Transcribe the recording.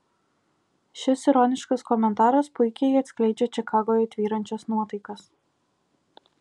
šis ironiškas komentaras puikiai atskleidžia čikagoje tvyrančias nuotaikas